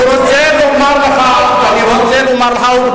אני רוצה לומר לך, העובדות,